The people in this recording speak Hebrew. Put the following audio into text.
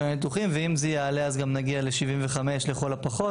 ניתוחים ואם זה יעלה אז גם נגיע ל-75 לכל הפחות,